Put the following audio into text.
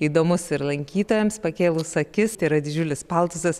įdomus ir lankytojams pakėlus akis tai yra didžiulis paltusas